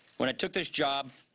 when i took this job,